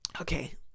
okay